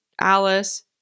alice